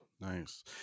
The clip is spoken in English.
Nice